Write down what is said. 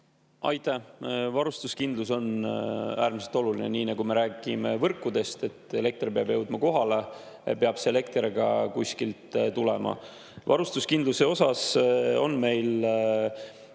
Aitäh! Varustuskindlus on äärmiselt oluline. Nii nagu me võrkude puhul räägime, et elekter peab jõudma kohale, peab see elekter ka kuskilt tulema. Varustuskindluse jaoks on meil